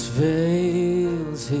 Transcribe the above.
veils